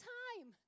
time